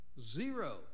Zero